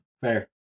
Fair